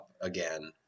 again